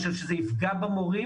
אני חושב שזה יפגע במורים.